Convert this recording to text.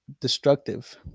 destructive